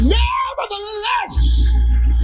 nevertheless